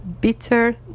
bitter